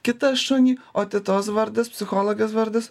kitą šunį o tetos vardas psichologės vardas